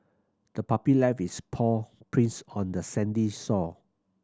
the puppy left its paw prints on the sandy sore